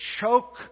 choke